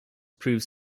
proved